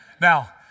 Now